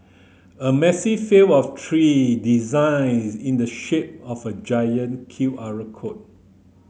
a massive field of tree designs in the shape of a giant Q R record